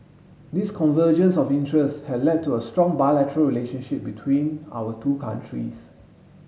this convergence of interest has led to a strong bilateral relationship between our two countries